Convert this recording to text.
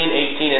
18